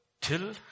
till